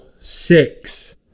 six